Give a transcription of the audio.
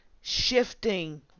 shifting